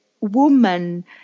woman